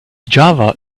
java